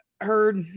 heard